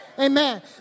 Amen